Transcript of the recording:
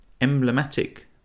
emblematic